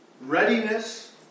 readiness